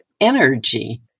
energy